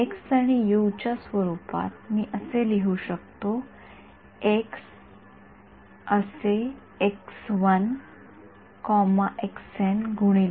x आणि U च्या स्वरूपात मी असे लिहू शकतो एक्स असे गुणिले